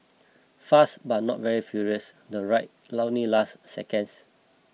fast but not very furious the ride only lasted seconds